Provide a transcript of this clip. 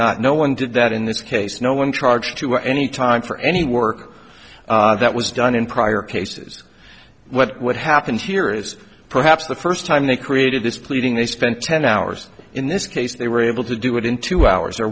not no one did that in this case no one charge to any time for any work that was done in prior cases what would happen here is perhaps the first time they created this pleading they spent ten hours in this case they were able to do it in two hours or